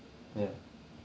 ya